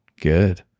Good